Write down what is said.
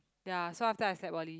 ya so after that I slept early